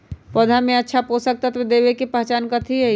पौधा में अच्छा पोषक तत्व देवे के पहचान कथी हई?